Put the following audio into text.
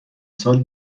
سال